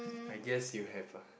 I guess you have a